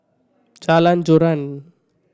Jalan Joran